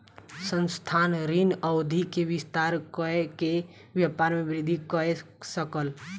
संस्थान, ऋण अवधि के विस्तार कय के व्यापार में वृद्धि कय सकल